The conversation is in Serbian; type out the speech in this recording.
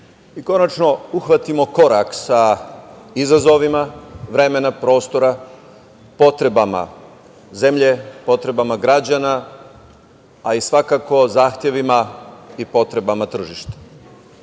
i konačno uhvatimo korak sa izazovima vremena, prostora, potrebama zemlje, potrebama građana, a i svakako zahtevima i potrebama tržišta.